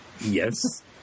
Yes